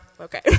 okay